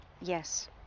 Yes